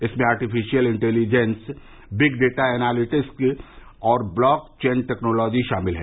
इनमें artificial intelligence big data analytics और blockchain technology शामिल है